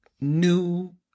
new